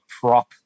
prop